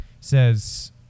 says